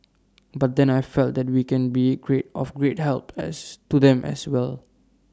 but then I felt that we can be great of great help as to them as well